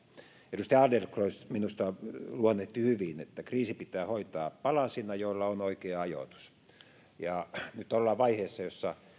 edustaja adlercreutz minusta luonnehti hyvin että kriisi pitää hoitaa palasina joilla on oikea ajoitus nyt ollaan vaiheessa jossa